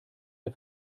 der